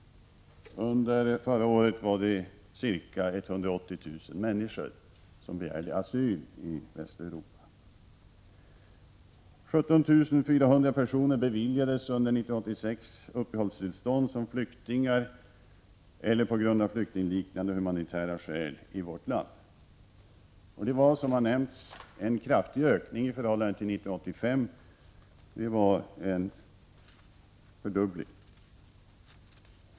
Under förra året var det ca 180 000 människor som begärde asyl i Västeuropa. 17 400 personer beviljades under 1986 uppehållstillstånd som flyktingar eller av flyktingliknande humanitära skäl i vårt land. Det var, som nämnts, en kraftig ökning, en fördubbling i förhållande till 1985.